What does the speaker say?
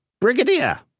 brigadier